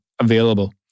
available